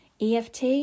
EFT